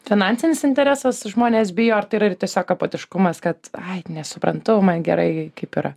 finansinis interesas žmonės bijo ar tai yra ir tiesiog apatiškumas kad ai nesuprantu man gerai kaip yra